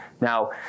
Now